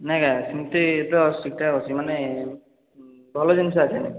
ନାହିଁ ଆଜ୍ଞା ସେମିତି ତ ଠିକ ଠାକ ଅଛି ମାନେ ଭଲ ଜିନିଷ ଆସିନି